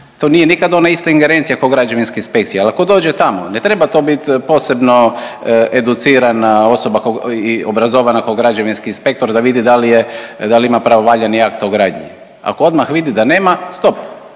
to nikad nije ona ista ingerencija k'o građevinska inspekcija, ali ako dođe tamo, ne treba to bit posebno educirana osoba i obrazovana kao građevinski inspektor da vidi da li je, da li ima pravovaljani akt o gradnji. Ako odmah vidi da nema, stop